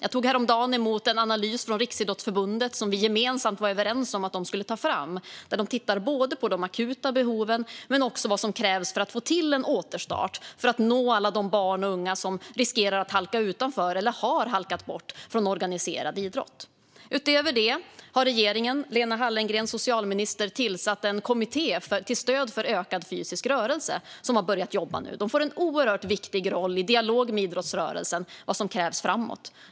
Jag tog häromdagen emot en analys från Riksidrottsförbundet som vi gemensamt var överens om att de skulle ta fram. De har tittat på de akuta behoven men också på vad som krävs för att få till en återstart och för att nå alla de barn och unga som riskerar att halka utanför eller har halkat bort från organiserad idrott. Utöver det har regeringen och socialminister Lena Hallengren tillsatt en kommitté för främjande av ökad fysisk aktivitet, som nu har börjat jobba. Den får en oerhört viktig roll i dialogen med idrottsrörelsen om vad som krävs framöver.